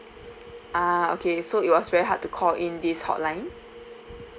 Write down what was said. ah okay so it was very hard to call in this hotline